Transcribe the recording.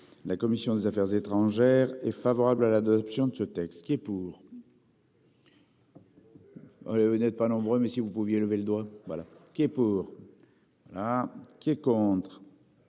la commission des Affaires étrangères est favorable à l'adoption de ce texte qui est pour. Vous n'êtes pas nombreux mais si vous pouviez lever le doigt. Voilà qui est pour. Qui est contre.